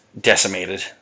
decimated